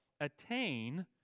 attain